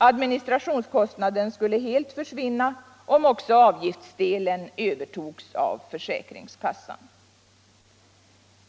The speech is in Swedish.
Administrationskostnaden skulle helt försvinna om också avgiftsdelen övertogs av försäkringskassan.